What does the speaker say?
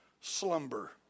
slumber